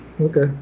Okay